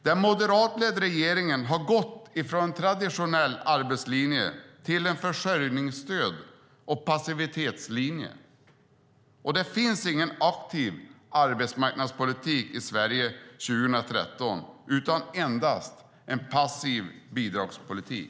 Den moderatledda regeringen har gått från en traditionell arbetslinje till en försörjningsstöds och passivitetslinje. Det finns ingen aktiv arbetsmarknadspolitik i Sverige 2013 utan endast en passiv bidragspolitik.